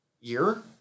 year